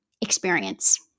experience